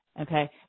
Okay